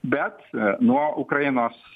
bet nuo ukrainos